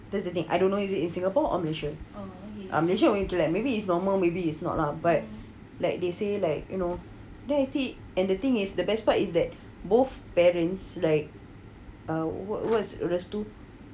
that's the thing I don't know is it in singapore or malaysia ah malaysia ku entah leh maybe it's normal maybe is not lah but like they say like you know then I see and the thing is the best part is that both parents like err what is restu